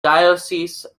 diocese